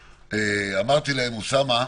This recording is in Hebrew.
אמרתי להם, אוסאמה,